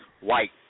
white